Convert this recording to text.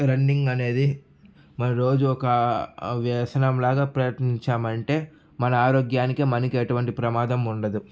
running అనేది మనం రోజు ఒక వ్యసనం లాగా ప్రయత్నించాము అంటే మన ఆరోగ్యానికి మనకి ఎటువంటి ప్రమాదం ఉండదు